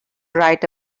write